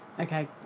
Okay